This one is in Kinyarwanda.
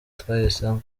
twahisemo